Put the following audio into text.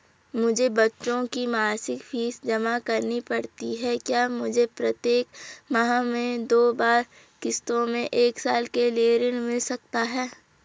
मुझे बच्चों की मासिक फीस जमा करनी पड़ती है क्या मुझे प्रत्येक माह में दो बार किश्तों में एक साल के लिए ऋण मिल सकता है?